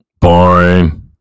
Boring